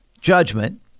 judgment